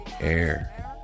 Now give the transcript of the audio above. air